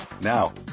Now